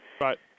Right